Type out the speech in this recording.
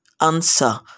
answer